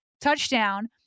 touchdown